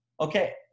okay